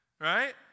Right